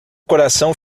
coração